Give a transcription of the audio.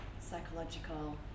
Psychological